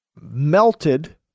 melted